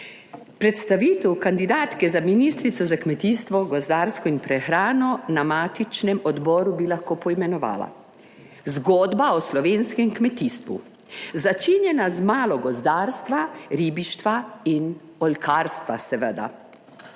Predstavitev kandidatke za ministrico za kmetijstvo, gozdarstvo in prehrano na matičnem odboru bi lahko poimenovala zgodba o slovenskem kmetijstvu, začinjena z malo gozdarstva, ribištva in oljkarstva seveda.